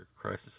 Crisis